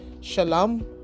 Shalom